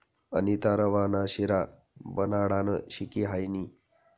अनीता रवा ना शिरा बनाडानं शिकी हायनी